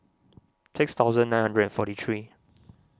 six thousand nine hundred and forty three